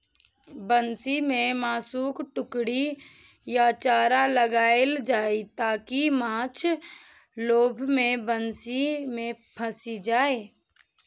बंसी मे मासुक टुकड़ी या चारा लगाएल जाइ, ताकि माछ लोभ मे बंसी मे फंसि जाए